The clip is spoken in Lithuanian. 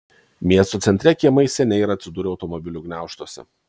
miesto centre kiemai seniai yra atsidūrę automobilių gniaužtuose